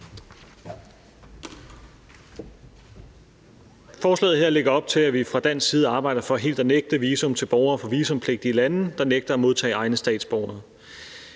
Forslaget her lægger op til, at vi fra dansk side arbejder for helt at nægte visum til borgere fra visumpligtige lande, der nægter at modtage egne statsborgere.